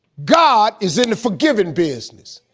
god is in the forgiving business.